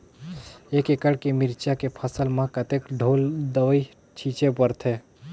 एक एकड़ के मिरचा के फसल म कतेक ढोल दवई छीचे पड़थे?